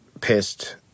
pissed